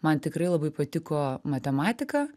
man tikrai labai patiko matematika